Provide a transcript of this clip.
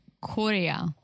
Korea